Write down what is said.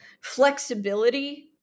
flexibility